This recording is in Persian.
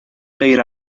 غیر